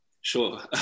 Sure